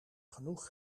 genoeg